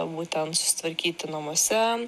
būtent susitvarkyti namuose